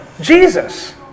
Jesus